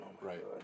Right